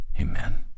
Amen